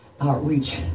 Outreach